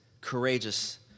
courageous